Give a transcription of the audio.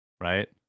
right